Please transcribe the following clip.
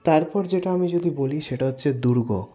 তারপর যেটা আমি যদি বলি সেটা হচ্ছে দুর্গ